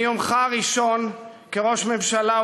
מיומך הראשון כראש הממשלה,